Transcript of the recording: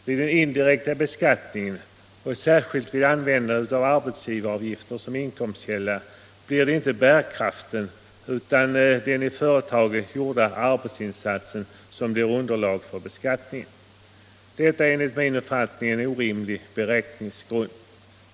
Vid den indirekta beskattningen och särskilt vid användandet av arbetsgivaravgifter som inkomstkälla blir det inte bärkraften utan den i företaget gjorda arbetsinsatsen som blir underlag för beskattningen. Detta är enligt min uppfattning en orimlig beräkningsgrund.